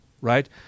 Right